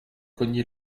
cogné